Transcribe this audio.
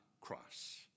cross